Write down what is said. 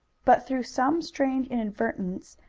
but through some strange inadvertence,